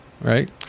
right